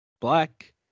Black